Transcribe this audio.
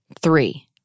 Three